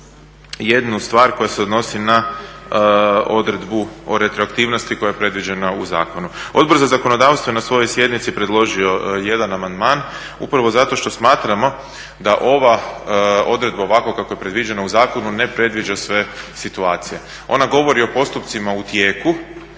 jednu stvar koja se odnosi na odredbu o retroaktivnosti koja je predviđena u zakonu. Odbor za zakonodavstvo je na svojoj sjednici predložio jedan amandman upravo zato što smatramo da ova odredba ovako kako je predviđena u zakonu ne predviđa sve situacije. Ona govori o postupcima u tijeku.